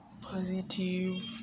positive